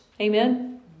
Amen